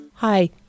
Hi